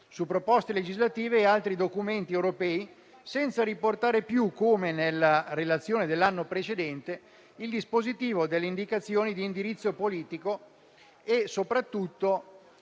su proposte legislative e altri documenti europei, senza riportare più, come nella relazione dell'anno precedente, il dispositivo delle indicazioni di indirizzo politico e soprattutto